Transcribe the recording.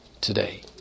today